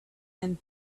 and